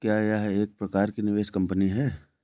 क्या यह एक प्रकार की निवेश कंपनी है?